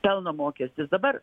pelno mokestis dabar